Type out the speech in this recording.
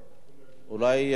אולי כבוד השר,